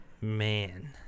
Man